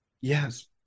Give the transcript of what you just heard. Yes